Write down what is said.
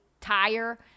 tire